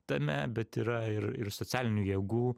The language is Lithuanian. tame bet yra ir ir socialinių jėgų